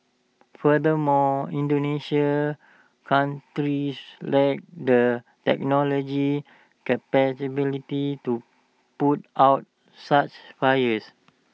furthermore Indonesia lacks the technology capabilities to put out such fires